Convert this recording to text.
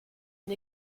une